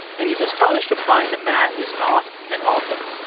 and he's astonished to find the man is not an author.